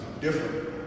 different